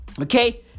Okay